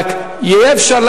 רק יהיה אפשר,